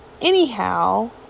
anyhow